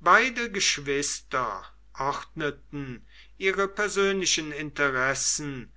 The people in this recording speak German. beide geschwister ordneten ihre persönlichen interessen